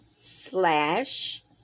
slash